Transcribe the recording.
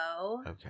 okay